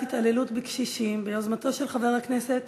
התעללות בקשישים ביוזמתו של חבר הכנסת